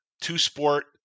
two-sport